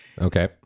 Okay